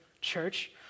church